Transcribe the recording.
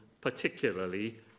particularly